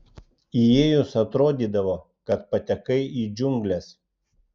įėjus atrodydavo kad patekai į džiungles